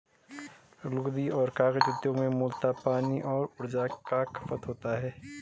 लुगदी और कागज उद्योग में मूलतः पानी और ऊर्जा का खपत होता है